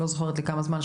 לא זוכרת לכמה זמן,